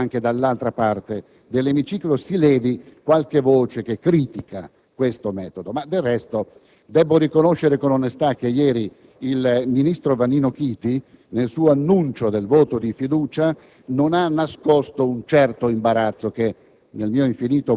soddisfatto che anche dall'altra parte dell'emiciclo si levi qualche voce di critica a questo metodo. Del resto, devo riconoscere con onestà che ieri il ministro Chiti, nell'annunciare l'apposizione della fiducia, non ha nascosto un certo imbarazzo che,